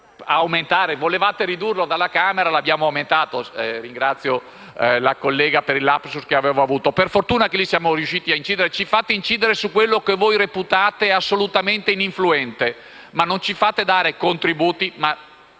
per fortuna lì siamo riusciti ad incidere. Ci fate incidere su quello che voi reputate assolutamente ininfluente, ma non ci fate dare contributi. Cari